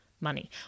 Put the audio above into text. money